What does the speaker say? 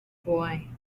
boy